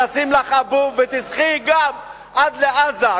נשים לך אבוב ותשחי עד לעזה,